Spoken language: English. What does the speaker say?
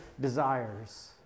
desires